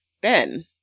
Ben